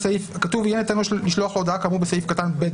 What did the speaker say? כתוב "יהיה ניתן לשלוח לו הודעה כאמור בסעיף קטן (ב),